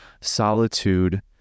solitude